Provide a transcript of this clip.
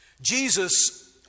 Jesus